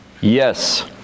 Yes